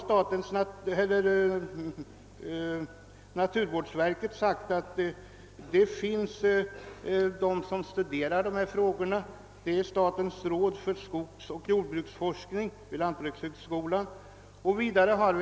Statens naturvårdsverk har framhållit att dessa frågor studeras av statens råd för skogsoch jordbruksforskning vid lantbrukshögskolan.